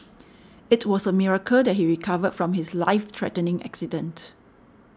it was a miracle that he recovered from his life threatening accident